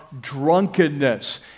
drunkenness